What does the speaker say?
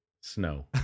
Snow